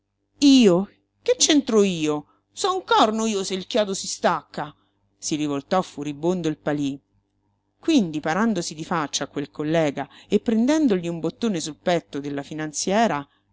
io che c'entro io so un corno io se il chiodo si stacca si rivoltò furibondo il palí quindi parandosi di faccia a quel collega e prendendogli un bottone sul petto della finanziera